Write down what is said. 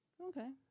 Okay